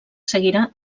seguirà